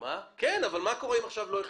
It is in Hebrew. מה קורה אם לא החליטו?